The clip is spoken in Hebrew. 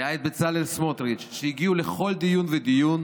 היה בצלאל סמוטריץ', שהגיעו לכל דיון ודיון